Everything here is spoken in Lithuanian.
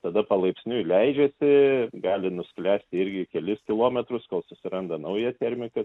tada palaipsniui leidžiasi gali nusklęst irgi kelis kilometrus kol susiranda naują termiką